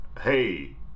Hey